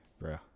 bro